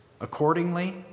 accordingly